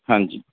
ਹਾਂਜੀ